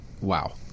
Wow